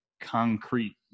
concrete